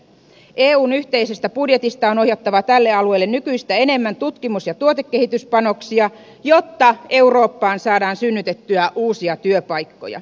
eun yhteisestä budjetista on ohjattava tälle alueelle nykyistä enemmän tutkimus ja tuotekehityspanoksia jotta eurooppaan saadaan synnytettyä uusia työpaikkoja